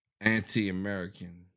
anti-American